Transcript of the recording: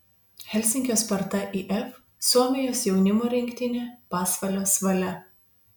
helsinkio sparta if suomijos jaunimo rinktinė pasvalio svalia